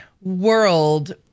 world